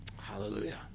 hallelujah